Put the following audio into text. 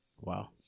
Wow